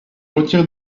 retire